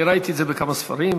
אני ראיתי את זה בכמה ספרים,